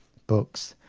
books,